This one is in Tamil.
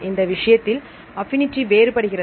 இந்த விஷயத்தில் ஆப்பினிடி வேறுபடுகிறது